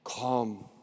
come